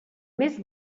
més